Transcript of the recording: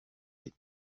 les